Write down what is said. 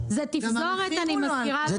שמים על הארגז.